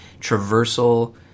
traversal